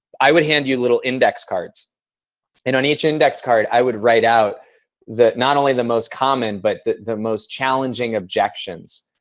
i would hand you little index cards and on each index card i would write out not only the most common, but the the most challenging objections.